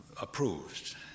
approved